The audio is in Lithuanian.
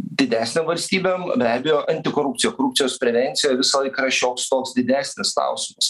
didesnėm valstybėm be abejo antikorupcija korupcijos prevencija visą laiką yra šioks toks didesnis klausimas